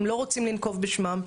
הם לא רוצים לנקוב בשמם,